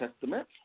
Testament